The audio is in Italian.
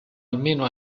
almeno